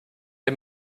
der